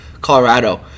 Colorado